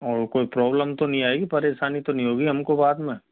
और कोई प्रॉब्लम तो नहीं आएगी परेशानी तो नहीं होगी हम को बाद में